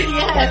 yes